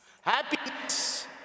Happiness